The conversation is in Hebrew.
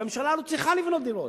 והממשלה לא צריכה לבנות דירות,